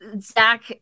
Zach